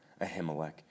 Ahimelech